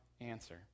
answer